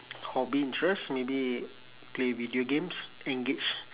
hobby interest maybe play video games engage